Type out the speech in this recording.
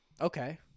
Okay